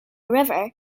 river